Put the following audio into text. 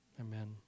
Amen